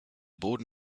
boden